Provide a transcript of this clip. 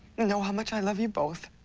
know how much i love you both.